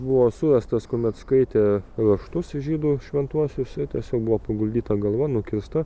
buvo surastas kuomet skaitė raštus ir žydų šventuosius ir tiesiog buvo paguldyta galva nukirsta